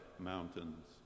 mountains